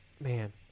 man